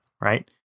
right